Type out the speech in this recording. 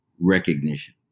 recognition